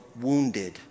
wounded